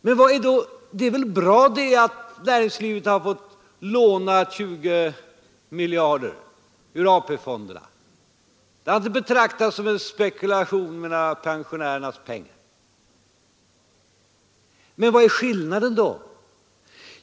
Och det är väl bra att näringslivet har fått låna 20 miljarder ur AP-fonderna! Det har inte betraktats som en spekulation med pensionärernas pengar. Men vad är då skillnaden nu?